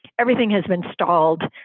everything has been stalled.